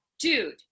dude